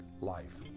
life